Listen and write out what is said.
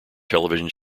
television